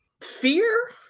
fear